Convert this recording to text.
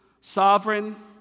sovereign